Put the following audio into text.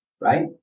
right